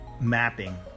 mapping